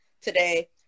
today